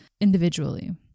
individually